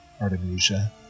Artemisia